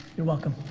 you're welcome.